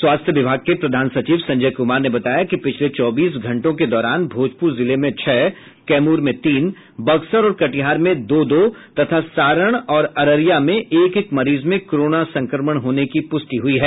स्वास्थ्य विभाग के प्रधान सचिव संजय कुमार ने बताया कि पिछले चौबीस घंटों के दौरान भोजपुर जिले में छह कैमूर में तीन बक्सर और कटिहार में दो दो तथा सारण और अररिया में एक एक मरीज में कोरोना संक्रमण होने की पुष्टि हुई है